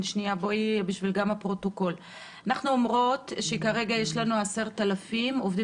אנחנו אומרים שכרגע יש לנו 10,000 עובדים